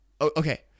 okay